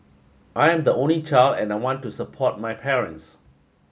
I am the only child and I want to support my parents